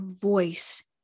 voice